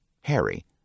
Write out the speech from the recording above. Harry